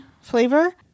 flavor